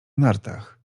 nartach